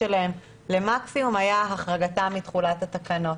שלהם למקסימום היה החרגתם מתחולת התקנות.